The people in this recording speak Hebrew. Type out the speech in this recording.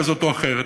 כזו או אחרת.